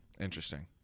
Interesting